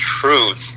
truth